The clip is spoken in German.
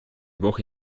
woche